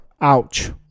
Ouch